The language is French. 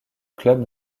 club